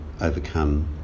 overcome